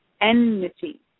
enmity